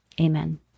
Amen